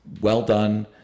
well-done